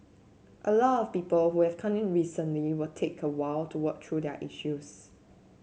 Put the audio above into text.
a lot of people who have come in recently will take a while to work through their issues